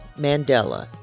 Mandela